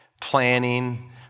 planning